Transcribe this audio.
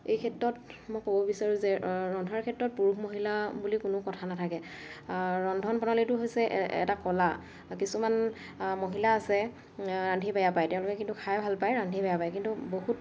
এই ক্ষেত্ৰত মই ক'ব বিচাৰোঁ যে ৰন্ধাৰ ক্ষেত্ৰত পুৰুষ মহিলা বুলি কোনো কথা নাথাকে ৰন্ধন প্ৰণালীটো হৈছে এ এটা কলা কিছুমান মহিলা আছে ৰান্ধি বেয়া পায় তেওঁলোকে কিন্তু খাই ভাল পায় ৰান্ধি বেয়া পায় কিন্তু বহুত